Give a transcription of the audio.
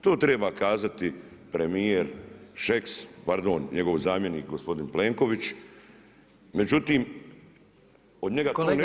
To treba kazati premjer Šeks, pardon, njegov zamjenik, gospodin Plenković, međutim od njega to ne čujemo.